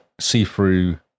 see-through